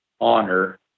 honor